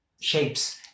shapes